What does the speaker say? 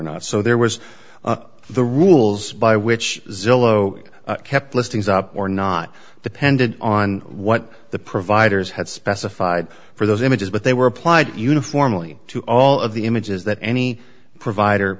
not so there was the rules by which zillow kept listings up or not depended on what the providers had specified for those images but they were applied uniformly to all of the images that any provider